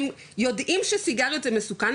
הם יודעים שסיגריות זה מסוכן,